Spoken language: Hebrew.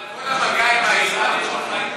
כל המגע עם האזרח הוא אחר.